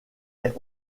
est